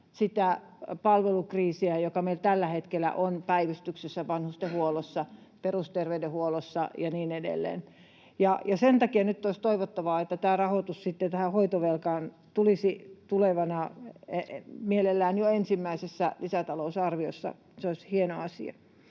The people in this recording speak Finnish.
palvelukriisiä, joka meillä tällä hetkellä on päivystyksessä, vanhustenhuollossa, perusterveydenhuollossa ja niin edelleen. Sen takia nyt olisi toivottavaa, että tämä rahoitus tähän hoitovelkaan sitten tulisi mielellään jo ensimmäisessä lisätalousarviossa. Se olisi hieno asia.